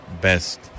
best